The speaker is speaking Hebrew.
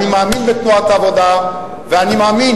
אני מאמין בתנועת העבודה ואני מאמין